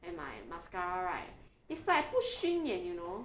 and my mascara right it's like 不熏眼 you know